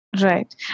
right